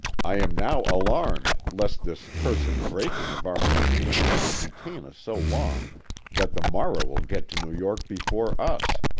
i am now alarmed lest this cursed breaking of our machinery may detain us so long that the morrow will get to new york before us,